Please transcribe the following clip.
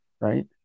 right